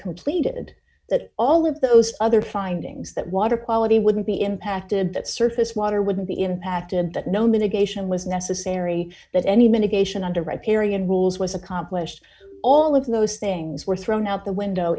completed that all of those other findings that water quality wouldn't be impacted that surface water wouldn't be impacted that no mitigation was necessary that any medication under riparian rules was accomplished all of those things were thrown out the window